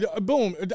Boom